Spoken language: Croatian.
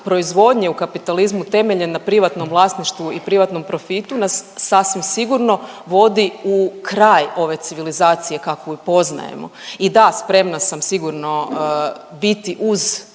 proizvodnje u kapitalizmu temeljen na privatnom vlasništvu i privatnom profitu nas sasvim sigurno vodi u kraj ove civilizacije kakvu i poznajemo. I da spremna sam sigurno biti uz